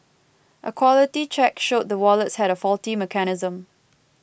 a quality check showed the wallets had a faulty mechanism